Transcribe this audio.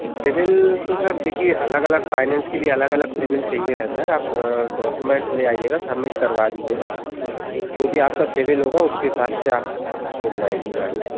civil तो sir देखिए अलग अलग फ़ाइनैन्स के लिए अलग अलग सिविल चाहिए रहता है आप डॉक्यूमेंट्स ले आइएगा सबमिट करवा दीजिएगा जो भी आपका सिविल होगा उसके हिसाब से आपको मिल जाएगी गाड़ी